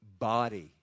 body